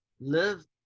live